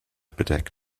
bedeckt